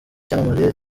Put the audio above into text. cyamamare